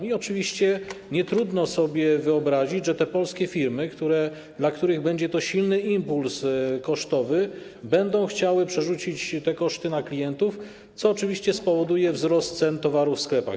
I oczywiście nietrudno sobie wyobrazić, że te polskie firmy, dla których będzie to silny impuls kosztowy, będą chciały przerzucić te koszty na klientów, co oczywiście spowoduje wzrost cen towarów w sklepach.